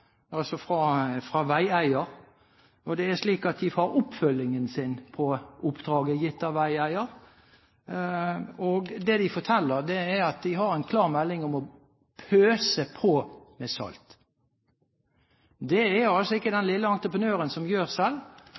andre – altså fra veieier – og de får oppfølging av oppdraget, gitt av veieier. Det de forteller, er at de har en klar melding om å pøse på med salt. Det er altså ikke den lille entreprenøren som gjør det selv,